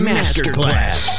Masterclass